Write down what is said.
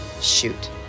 Shoot